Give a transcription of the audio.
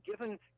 given